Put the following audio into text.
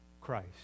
Christ